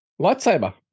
Lightsaber